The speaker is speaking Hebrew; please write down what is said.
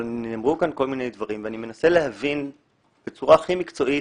אבל נאמרו כאן כל מיני דברים ואני מנסה להבין בצורה הכי מקצועית